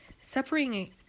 Separating